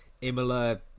Imola